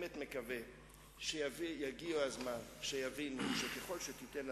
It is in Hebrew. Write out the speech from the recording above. כי הוא יודע יותר